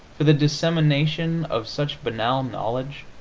for the dissemination of such banal knowledge,